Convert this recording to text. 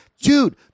Dude